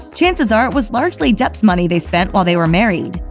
chances are it was largely depp's money they spent while they were married.